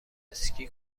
اسکی